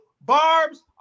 barbs